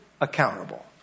accountable